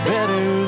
Better